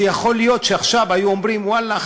יכול להיות שעכשיו היו אומרים: ואללה,